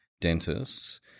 dentists